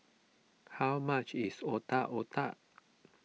how much is Otak Otak